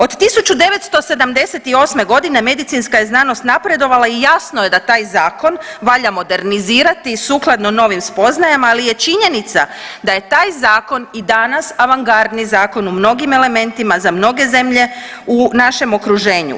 Od 1978. godine medicinska je znanost napredovala i jasno je da taj zakon valja modernizirati sukladno novim spoznajama, ali je činjenica da je taj zakon i danas avangardni zakon u mnogim elementima za mnoge zemlje u našem okruženju.